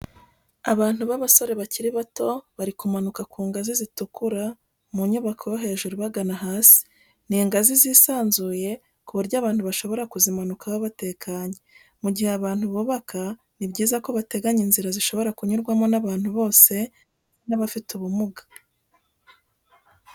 Abantu b'abasore bakiri bato bari kumanuka ku ngazi zituruka mu nyubako yo hejuru bagana hasi, ni ingazi zisanzuye ku buryo abantu bashobora kuzimanukaho batekanye. Mu gihe abantu bubaka ni byiza ko bateganya inzira zishobora kunyurwaho n'abantu bose ndetse n'abafite ubumuga.